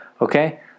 okay